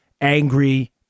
angry